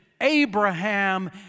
Abraham